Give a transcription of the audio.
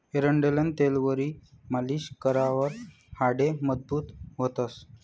एरंडेलनं तेलवरी मालीश करावर हाडे मजबूत व्हतंस